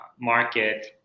market